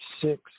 six